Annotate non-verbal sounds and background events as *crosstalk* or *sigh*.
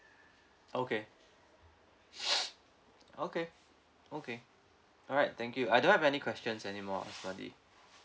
okay *noise* okay okay alright thank you I don't have any questions anymore azbadi